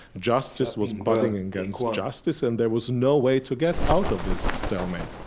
justice was plotting against justice, and there was no way to get out of this stalemate.